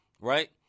right